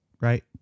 right